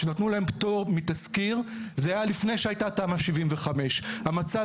כשנתנו להם פטור מתסקיר זה היה לפני שהייתה תמ"א/ 75. המצב